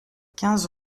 quinze